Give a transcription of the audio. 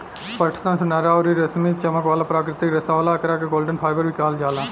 पटसन सुनहरा अउरी रेशमी चमक वाला प्राकृतिक रेशा होला, एकरा के गोल्डन फाइबर भी कहल जाला